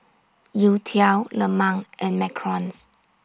Youtiao Lemang and Macarons